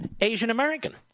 Asian-American